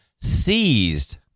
seized